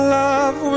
love